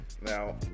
Now